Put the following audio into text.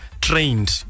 trained